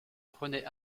prenais